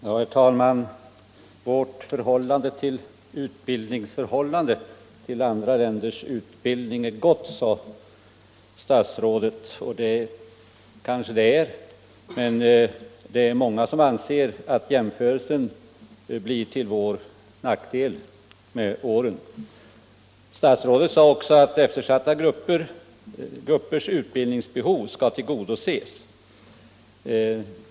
Herr talman! Vårt utbildningsförhållande till andra länders utbildning är gott, sade statsrådet. Det kanske det är, men det är många som anser att jämförelsen blir till vår nackdel med åren. Statsrådet sade också att eftersatta gruppers utbildningsbehov skall tillgodoses.